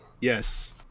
Yes